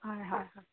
হয় হয়